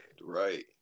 Right